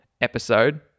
episode